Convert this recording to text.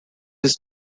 his